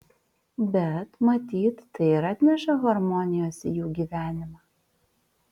bet matyt tai ir atneša harmonijos į jų gyvenimą